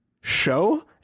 show